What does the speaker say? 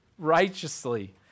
Righteously